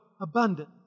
abundant